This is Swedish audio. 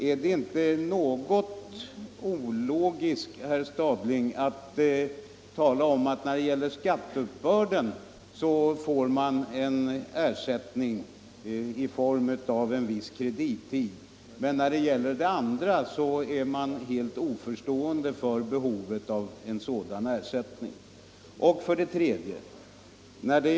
Är det inte något ologiskt, herr Stadling, att när det gäller skatteuppbörden tala om att företagen får en ersättning i form av en viss kredittid men att ställa sig helt oförstående till behovet av en sådan ersättning när det gäller uppgiftslämnandet?